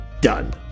done